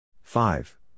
Five